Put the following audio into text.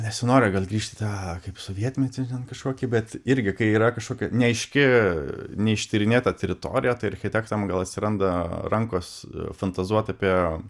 nesinori gal grįžtim į tą kaip sovietmetį ten kažkokį bet irgi kai yra kažkokia neaiški neištyrinėta teritorija tai architektam gal atsiranda rankos fantazuoti apie